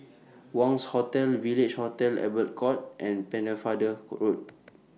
Wangz Hotel Village Hotel Albert Court and Pennefather A Road